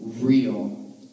real